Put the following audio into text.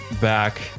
back